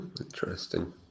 Interesting